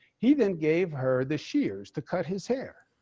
he then gave her the shears to cut his hair.